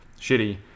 shitty